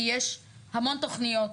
כי יש המון תוכניות,